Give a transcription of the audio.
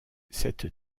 cette